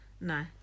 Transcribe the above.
No